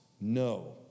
No